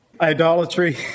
Idolatry